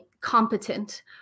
competent